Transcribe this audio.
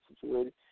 situated